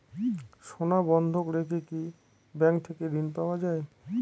সোনা বন্ধক রেখে কি ব্যাংক থেকে ঋণ পাওয়া য়ায়?